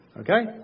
Okay